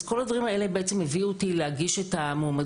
אז כל הדברים האלה הביאו אותי להגיש את המועמדות.